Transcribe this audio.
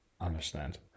understand